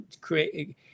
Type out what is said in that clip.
creating